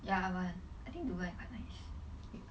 ya I want I think dubai quite nice